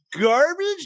Garbage